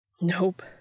Nope